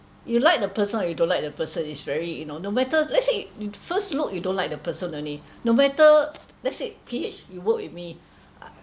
you like the person or you don't like the person is very you know no matter let's say first look you don't like the person only no matter let's say P H you worked with me uh